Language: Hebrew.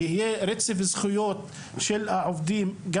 שיהיה רצף זכויות של העובדים,